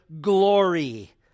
glory